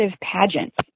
pageants